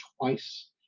twice